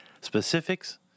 specifics